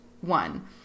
one